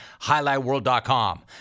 highlightworld.com